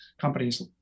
Companies